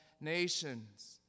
nations